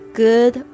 good